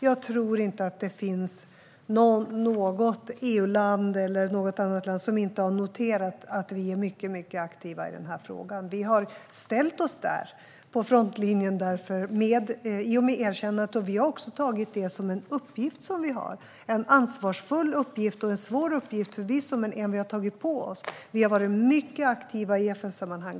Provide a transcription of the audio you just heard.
Jag tror inte att det finns något EU-land, eller något annat land, som inte har noterat att vi är mycket aktiva i denna fråga. Vi har ställt oss på frontlinjen i och med erkännandet, och vi har också tagit på oss detta som en uppgift. Det är förvisso en ansvarsfull och svår uppgift, men det är en uppgift som vi har tagit på oss. Vi har varit mycket aktiva i FN-sammanhang.